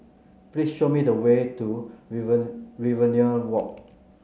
please show me the way to Riverina Walk